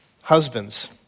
Husbands